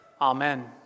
amen